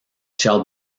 shall